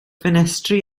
ffenestri